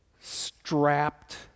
strapped